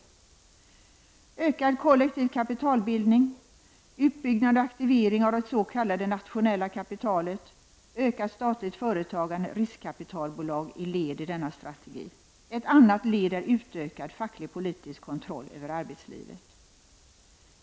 Utökad kollektiv kapitalbildning, utbyggnad och aktivering av det s.k. nationella kapitalet, ökat statligt företagande och riskkapitalbolag är led i denna strategi. Ett annat led är utökad facklig-politisk kontroll av arbetslivet.